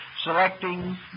selecting